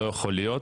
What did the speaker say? לא יכול להיות".